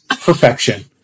perfection